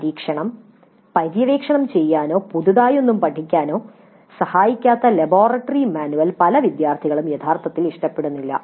പരീക്ഷണം പര്യവേക്ഷണം ചെയ്യാനോ പുതിയതൊന്നും പഠിക്കാനോ സഹായിക്കാത്ത ലബോറട്ടറി മാനുവൽ പല വിദ്യാർത്ഥികളും യഥാർത്ഥത്തിൽ ഇഷ്ടപ്പെടുന്നില്ല